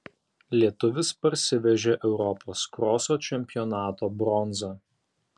lietuvis parsivežė europos kroso čempionato bronzą